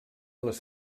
les